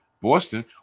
Boston